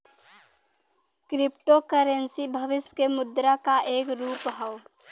crypto currency भविष्य के मुद्रा क एक रूप हौ